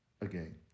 again